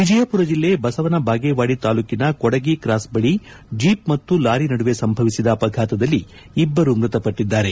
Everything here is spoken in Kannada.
ವಿಜಯಪುರ ಜೆಲ್ಲೆ ಬಸವನ ಬಾಗೇವಾಡಿ ತಾಲೂಕಿನ ಕೊಡಗಿ ಕ್ರಾಸ್ ಬಳಿ ಜೀಪ್ ಮತ್ತು ಲಾರಿ ನಡುವೆ ಸಂಭವಿಸಿದ ಅಪಘಾತದಲ್ಲಿ ಇಬ್ಬರು ಮೃತಪಟ್ಟಿದ್ದಾರೆ